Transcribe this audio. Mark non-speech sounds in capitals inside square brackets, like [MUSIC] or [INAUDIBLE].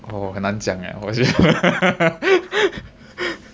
oh 很难讲 eh 我觉得 [LAUGHS]